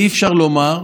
אדוני,